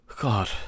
God